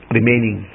remaining